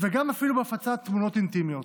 ואפילו בהפצת תמונות אינטימיות.